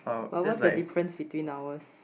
but what's the difference between ours